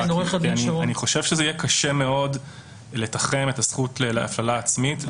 אני חושב שזה יהיה קשה מאוד לתחם את הזכות להפללה עצמית.